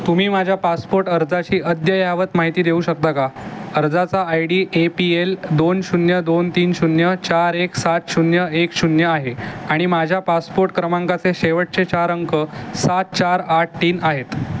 तुम्ही माझ्या पासपोर्ट अर्जाची अद्ययावत माहिती देऊ शकता का अर्जाचा I D A P L दोन शून्य दोन तीन शून्य चार एक सात शून्य एक शून्य आहे आणि माझ्या पासपोर्ट क्रमांकाचे शेवटचे चार अंक सात चार आठ तीन आहेत